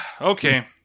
Okay